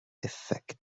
effect